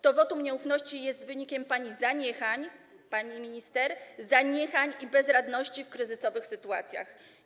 To wotum nieufności jest wynikiem pani zaniechań, pani minister, zaniechań i bezradności w kryzysowych sytuacjach.